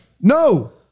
No